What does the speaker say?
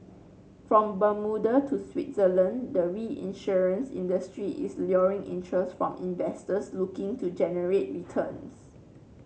from Bermuda to Switzerland the reinsurance industry is luring interest from investors looking to generate returns